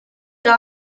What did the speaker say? dann